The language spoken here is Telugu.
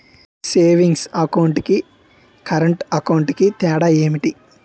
సేవింగ్స్ అకౌంట్ కి కరెంట్ అకౌంట్ కి తేడా ఏమిటి?